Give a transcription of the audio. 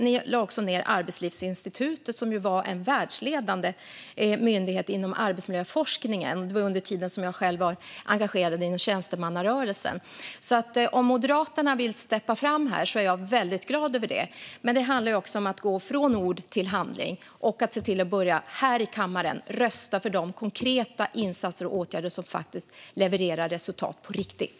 Ni lade också ned Arbetslivsinstitutet, som var en världsledande myndighet inom arbetsmiljöforskningen. Detta var under den tid som jag själv var engagerad inom tjänstemannarörelsen. Om Moderaterna vill steppa fram här är jag väldigt glad över det. Men det handlar också om att gå från ord till handling och om att här i kammaren börja med att rösta för de konkreta insatser och åtgärder som faktiskt levererar resultat på riktigt.